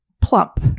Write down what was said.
plump